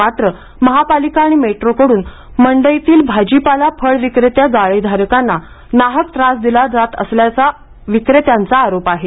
मात्र महापालिका आणि मेट्रोकडून मंडईतील भाजीपाला फळ विक्रेत्या गाळेधारकांना नाहक त्रास दिला जात असल्याचा या विक्रेत्यांचा आरोप आहे